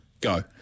Go